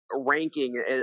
Ranking